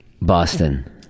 Boston